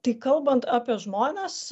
tai kalbant apie žmones